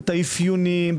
את האפיונים,